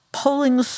polling